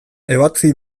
ebatzi